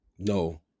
no